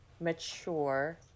mature